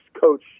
coach